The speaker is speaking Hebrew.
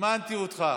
הזמנתי אותך.